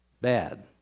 bad